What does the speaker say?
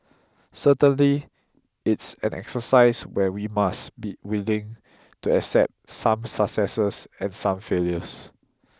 certainly it's an exercise where we must be willing to accept some successes and some failures